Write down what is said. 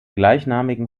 gleichnamigen